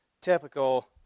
typical